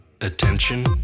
Attention